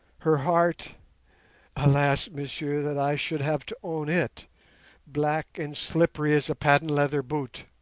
her heart alas, messieurs, that i should have to own it black and slippery as a patent leather boot.